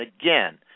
again